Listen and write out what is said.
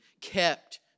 kept